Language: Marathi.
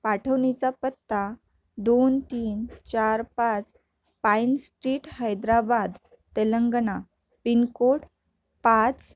पाठवणीचा पत्ता दोन तीन चार पाच pine street Hyderabad Telangana pin code पाच